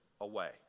away